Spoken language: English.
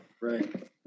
Right